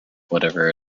whatever